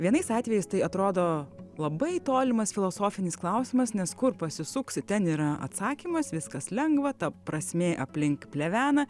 vienais atvejais tai atrodo labai tolimas filosofinis klausimas nes kur pasisuksi ten yra atsakymas viskas lengva ta prasmė aplink plevena